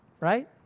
Right